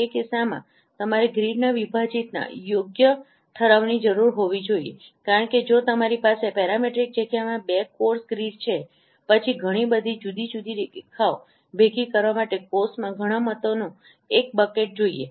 તે કિસ્સામાં તમારે ગ્રીડના વિભાજીતના યોગ્ય ઠરાવની જરૂર હોવી જોઈએ કારણ કે જો તમારી પાસે પેરામેટ્રિક જગ્યામાં બે કોર્સ ગ્રીડ છે પછી ઘણી બધી જુદી જુદી રેખાઓ ભેગી કરવા માટે કોષમાં ઘણા મતોની એક બકેટ જોઈએ